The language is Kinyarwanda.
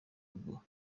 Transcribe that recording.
ngo